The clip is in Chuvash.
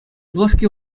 юлашки